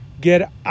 get